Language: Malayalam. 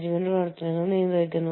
അതായത് ഒരു സ്ഥാപനം സ്ഥാപിച്ചു